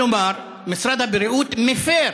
כלומר, משרד הבריאות מפר